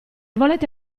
volete